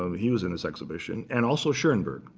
um he was in this exhibition, and also schoenberg.